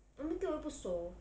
ang mo kio 我又不熟